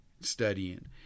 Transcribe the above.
studying